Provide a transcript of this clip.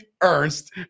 Ernst